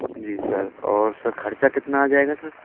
जी sir और sir खर्चा कितना आ जाएगा सर